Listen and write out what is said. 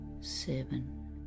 seven